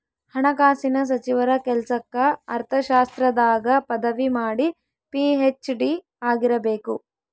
ಹಣಕಾಸಿನ ಸಚಿವರ ಕೆಲ್ಸಕ್ಕ ಅರ್ಥಶಾಸ್ತ್ರದಾಗ ಪದವಿ ಮಾಡಿ ಪಿ.ಹೆಚ್.ಡಿ ಆಗಿರಬೇಕು